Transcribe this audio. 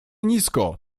nisko